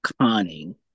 conning